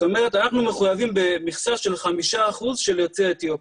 זאת אומרת אנחנו מחויבים במכסה של 5% של יוצאי אתיופיה.